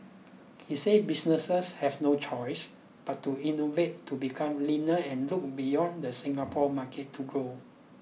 he said businesses have no choice but to innovate to become leaner and look beyond the Singapore market to grow